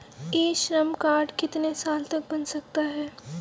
ई Shram card कितने साल तक बन सकता है?